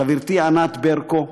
חברתי ענת ברקו,